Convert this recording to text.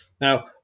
Now